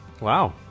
Wow